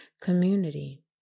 community